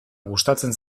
gustatzen